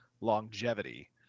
longevity